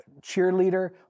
cheerleader